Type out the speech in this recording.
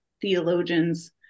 theologians